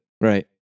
right